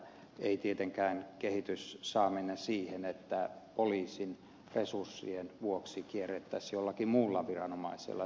ei tietenkään kehitys saa mennä siihen että poliisin resurssien vuoksi tätä kierrettäisiin jollakin muulla viranomaisella